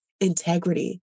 integrity